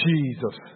Jesus